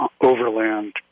overland